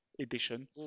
edition